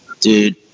dude